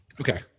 okay